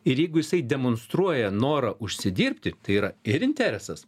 ir jeigu jisai demonstruoja norą užsidirbti tai yra ir interesas